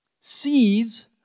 sees